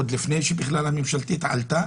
עוד לפני שהממשלתית בכלל עלתה.